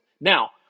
Now